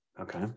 okay